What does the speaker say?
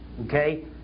okay